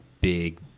big